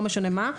לא משנה מה,